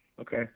Okay